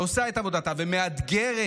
ועושה את עבודתה, מאתגרת